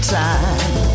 time